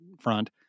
front